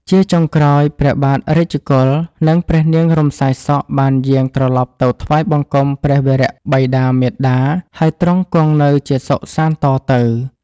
ជាចុងក្រោយ ព្រះបាទរាជកុល និងព្រះនាងរំសាយសក់ បានយាងត្រឡប់ទៅថ្វាយបង្គំព្រះវរបិតាមាតា ហើយទ្រង់គង់នៅជាសុខសាន្តតទៅ។